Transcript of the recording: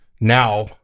now –